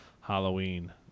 Halloween